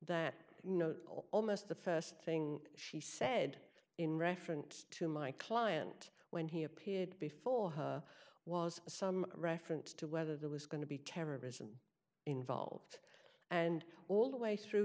first thing she said in reference to my client when he appeared before her was some reference to whether there was going to be terrorism involved and all the way through